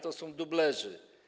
To są dublerzy.